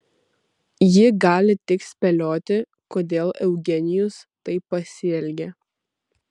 ji gali tik spėlioti kodėl eugenijus taip pasielgė